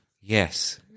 Yes